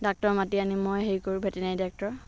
doctor মাতি আনি মই হেৰি কৰোঁ ভেটেনাৰি ডাক্তৰ